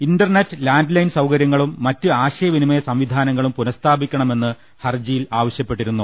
internet landline സൌകര്യങ്ങളും മറ്റ് ആശയ വിനിമയ സംവിധാനങ്ങളും പുനഃസ്ഥാപിക്കണ മെന്ന് ഹർജിയിൽ ആവശ്യപ്പെട്ടിരുന്നു